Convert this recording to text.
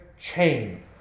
chain